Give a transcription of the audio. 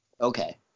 Okay